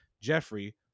Jeffrey